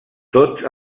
tots